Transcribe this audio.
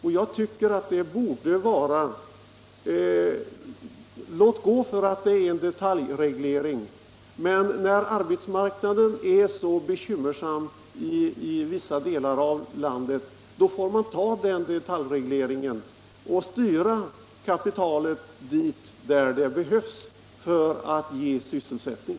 Låt gå för att det skulle innebära en detaljreglering - men när arbetsmarknaden är så bekymmersam i vissa delar av landet, då får man ta en detaljreglering och styra kapitalet dit där det behövs för att ge sysselsättning.